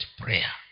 prayer